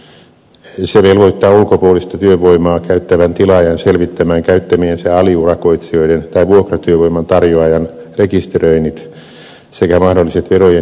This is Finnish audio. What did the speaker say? se velvoittaa ulkopuolista työvoimaa käyttävän tilaajan selvittämään käyttämiensä aliurakoitsijoiden tai vuokratyövoiman tarjoajan rekisteröinnit sekä mahdolliset verojen ja eläkemaksujen laiminlyönnit